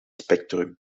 spectrum